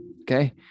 Okay